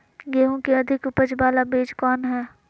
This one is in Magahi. गेंहू की अधिक उपज बाला बीज कौन हैं?